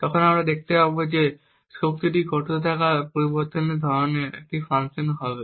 তখন আমরা দেখতে পাব যে শক্তিটি ঘটতে থাকা পরিবর্তনের ধরণের একটি ফাংশন হবে